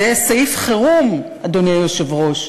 זה סעיף חירום, אדוני היושב-ראש.